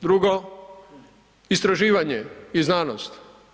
Drugo, istraživanje i znanost.